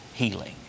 healing